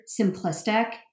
simplistic